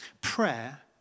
prayer